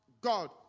God